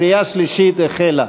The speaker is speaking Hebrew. הקריאה השלישית החלה.